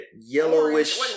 yellowish